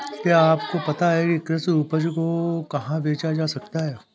क्या आपको पता है कि कृषि उपज को कहाँ बेचा जा सकता है?